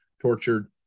tortured